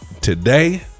today